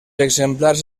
exemplars